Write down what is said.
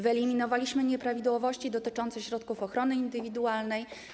Wyeliminowaliśmy nieprawidłowości dotyczące środków ochrony indywidualnej.